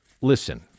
listen